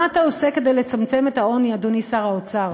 מה אתה עושה כדי לצמצם את העוני, אדוני שר האוצר?